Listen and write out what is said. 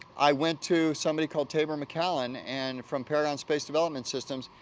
i went to somebody called taber maccallum and, from paragon space development systems,